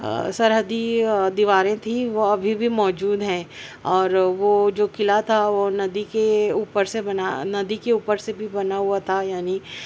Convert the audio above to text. سرحدی دیواریں تھی وہ ابھی بھی موجود ہیں اور وہ جو قلعہ تھا وہ ندی کے اوپر سے بنا ندی کے اوپر سے بھی بنا ہوا تھا یعنی